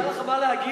אין לך מה להגיד?